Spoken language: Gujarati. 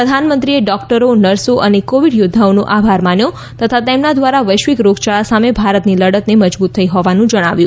પ્રધાનમંત્રીએ ડોકટરો નર્સો અને કોવીડ યોદ્વાઓનો આભાર માન્યો તથા તેમના દ્વારા વૈશ્વિક રોગયાળા સામે ભારતની લડતને મજબુત થઈ હોવાનું જણાવ્યું